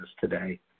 today